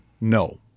No